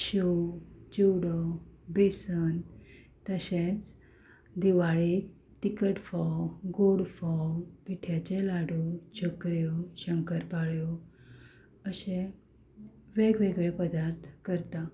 शेव चुवडो बेसन तशेंच दिवाळेक तिकट फोव गोड फोव पिठ्याचे लाडू चकऱ्यो शंकरपाड्यो अशे वेग वेगळे पदार्थ करतां